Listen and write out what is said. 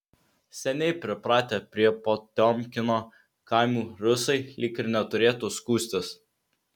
seniai pripratę prie potiomkino kaimų rusai lyg ir neturėtų skųstis